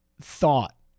thought